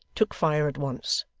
took fire at once.